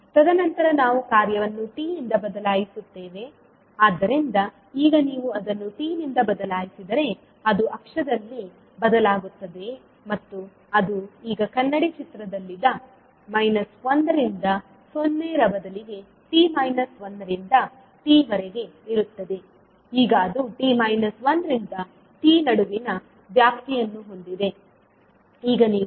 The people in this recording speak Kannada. ತದನಂತರ ನಾವು ಕಾರ್ಯವನ್ನು t ಯಿಂದ ಬದಲಾಯಿಸುತ್ತೇವೆ ಆದ್ದರಿಂದ ಈಗ ನೀವು ಅದನ್ನು t ನಿಂದ ಬದಲಾಯಿಸಿದರೆ ಅದು ಅಕ್ಷದಲ್ಲಿ ಬದಲಾಗುತ್ತದೆ ಮತ್ತು ಅದು ಈಗ ಕನ್ನಡಿ ಚಿತ್ರದಲ್ಲಿದ್ದ 1 ರಿಂದ 0 ರ ಬದಲಿಗೆ t 1 ರಿಂದ t ವರೆಗೆ ಇರುತ್ತದೆ ಈಗ ಅದು t 1 ರಿಂದ t ನಡುವಿನ ವ್ಯಾಪ್ತಿಯನ್ನು ಹೊಂದಿದೆ